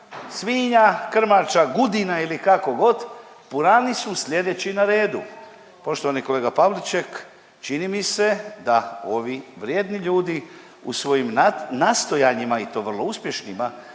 svinja, krmača, gudina ili kako god purani su sljedeći na redu. Poštovani kolega Pavliček čini mi se da ovi vrijedni ljudi u svojim nastojanjima i to vrlo uspješnima